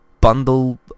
bundle